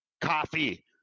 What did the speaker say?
Coffee